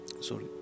Sorry